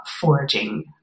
foraging